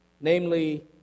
namely